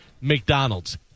McDonald's